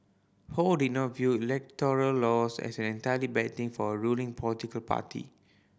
Ho did not view electoral loss as an entirely bad thing for a ruling political party